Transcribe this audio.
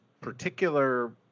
particular